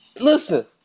Listen